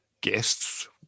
guests